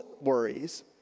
worries